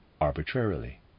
arbitrarily